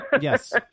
Yes